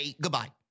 goodbye